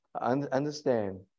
Understand